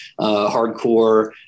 hardcore